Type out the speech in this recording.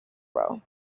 row